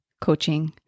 coaching